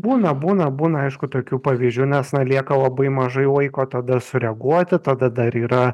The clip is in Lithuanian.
būna būna būna aišku tokių pavyzdžių nes na lieka labai mažai laiko tada sureaguoti tada dar yra